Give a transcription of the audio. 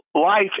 life